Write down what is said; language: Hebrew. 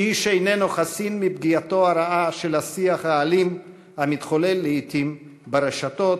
איש איננו חסין מפגיעתו הרעה של השיח האלים המתחולל לעתים ברשתות